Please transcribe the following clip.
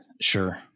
Sure